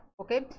okay